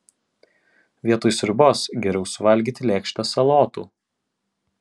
vietoj sriubos geriau suvalgyti lėkštę salotų